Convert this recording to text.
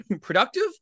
productive